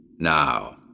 Now